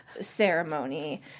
ceremony